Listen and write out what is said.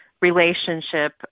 relationship